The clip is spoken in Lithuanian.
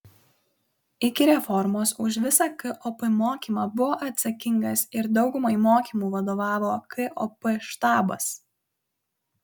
iki reformos už visą kop mokymą buvo atsakingas ir daugumai mokymų vadovavo kop štabas